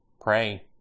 pray